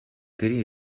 гэрийн